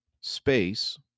space